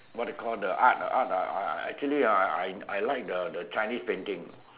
what they call the art ah art ah actually ah I I like the Chinese painting